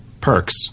perks